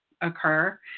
occur